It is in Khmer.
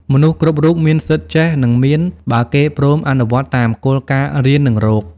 មនុស្សគ្រប់រូបមានសិទ្ធិចេះ និងមាន បើគេព្រមអនុវត្តតាមគោលការណ៍រៀន និងរក។